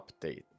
Update